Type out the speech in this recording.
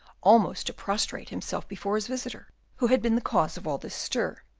almost to prostrate himself before his visitor, who had been the cause of all this stir.